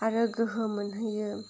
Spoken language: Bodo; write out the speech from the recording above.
आरो गोहो मोनहोयो